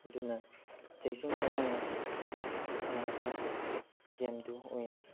ꯑꯗꯨꯅ ꯆꯦꯛꯁꯤꯟ ꯊꯧꯔꯥꯡꯅ ꯁꯥꯟꯅꯕ ꯒꯦꯝꯗꯨ ꯑꯣꯏꯌꯦ